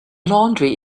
laundry